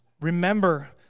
remember